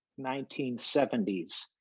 1970s